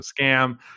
scam